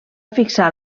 fixar